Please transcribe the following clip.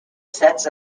sets